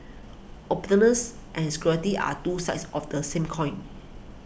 openness and security are two sides of the same coin